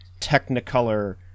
Technicolor